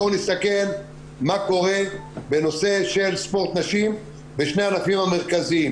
בואו נסתכל מה קורה בנושא של ספורט נשים בשני הענפים המרכזיים.